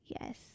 Yes